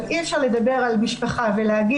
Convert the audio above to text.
אבל אי אפשר לדבר על משפחה ולהגיד,